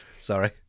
Sorry